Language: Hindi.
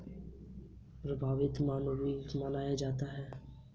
कडपहनुत को एक प्रभावी कामोद्दीपक माना जाता है